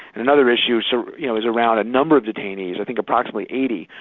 and another issue so you know is around a number of detainees, i think approximately eighty,